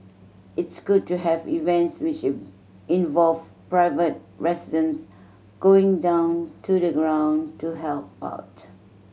it's good to have events which involve private residents going down to the ground to help out